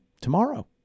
tomorrow